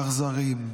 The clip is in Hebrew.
והאכזריים.